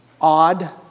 Odd